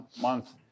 month